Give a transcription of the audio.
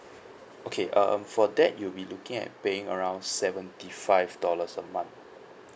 okay um for that you will be looking at paying around seventy five dollars a month